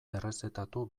errezetatu